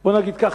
בוא נגיד כך,